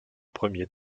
premier